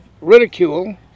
ridicule